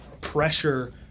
pressure